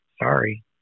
sorry